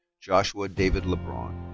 joshua david lebron.